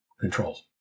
controls